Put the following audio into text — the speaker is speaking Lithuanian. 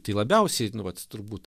tai labiausiai nu vat turbūt